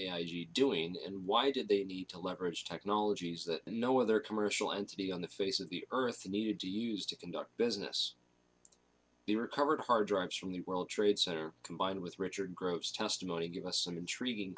a g doing and why did they need to leverage technologies that no other commercial entity on the face of the earth needed to use to conduct business they recovered hard drives from the world trade center combined with richard gross testimony give us some intriguing